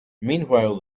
meanwhile